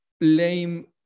lame